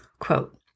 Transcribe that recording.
Quote